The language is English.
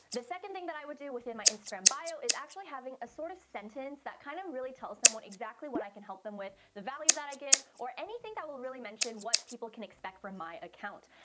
the second thing that i would do within my instagram bio is actually having a sort of sentence that kind of really tells them what exactly what i can help them with, the value that i give, or anything that will really mention what people can expect from my account.